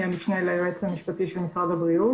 משנה ליועץ המשפטי של משרד הבריאות.